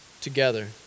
together